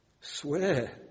Swear